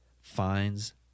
Finds